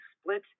split